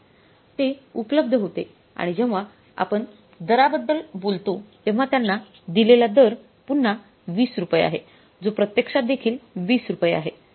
ते उपलब्ध होते आणि जेव्हा आपण दराबद्दल बोलता तेव्हा त्यांना दिलेला दर पुन्हा २० रुपये आहे जो प्रत्यक्षात देखील २० रुपये आहे